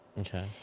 Okay